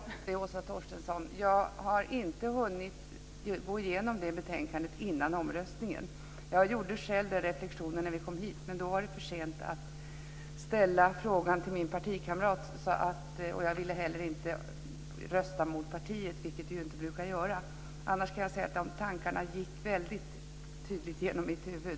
Fru talman! Jag ska gärna svara på det, Åsa Torstensson. Jag hade inte hunnit gå igenom det betänkandet före omröstningen. Jag gjorde själv den reflexionen när vi kom hit, men då var det för sent att ställa frågan till min partikamrat. Jag ville heller inte rösta mot partiet, vilket vi ju inte brukar göra. Annars kan jag säga att dessa tankar gick väldigt tydligt genom mitt huvud.